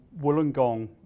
Wollongong